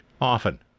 often